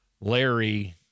Larry